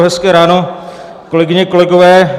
Hezké ráno, kolegyně, kolegové.